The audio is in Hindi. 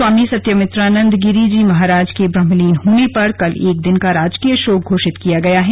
स्वामी सत्यमित्रानन्द गिरी जी महाराज के ब्रहमलीन होने पर कल एक दिन का राजकीय शोक घोषित किया गया है